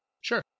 Sure